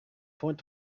point